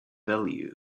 value